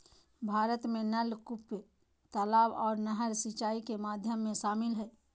भारत में नलकूप, तलाब आर नहर सिंचाई के माध्यम में शामिल हय